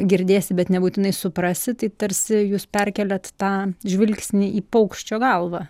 girdėsi bet nebūtinai suprasi tai tarsi jūs perkeliat tą žvilgsnį į paukščio galvą